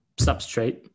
substrate